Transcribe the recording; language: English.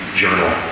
journal